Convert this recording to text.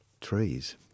trees